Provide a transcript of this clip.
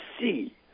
see